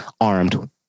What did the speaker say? armed